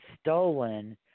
stolen